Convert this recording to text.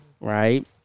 right